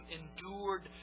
endured